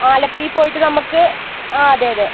ആലപ്പി പോയിട്ട് നമുക്ക് ആ അതെ അതെ